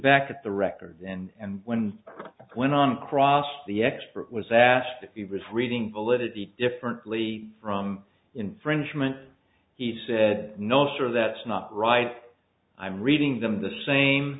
back at the records and when i went on cross the expert was asked to be refreezing validity differently from infringement he said no sir that's not right i'm reading them the same